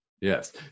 yes